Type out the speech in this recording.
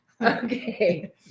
okay